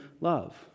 love